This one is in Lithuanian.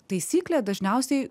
taisyklė dažniausiai